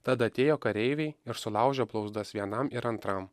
tada atėjo kareiviai ir sulaužė blauzdas vienam ir antram